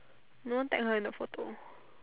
no one tag her in the photo